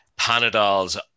Panadols